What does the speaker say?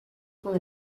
con